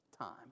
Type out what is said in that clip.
time